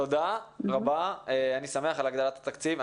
תודה רבה, אני שמח על הגדלת התקציב.